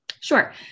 Sure